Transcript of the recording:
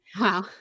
Wow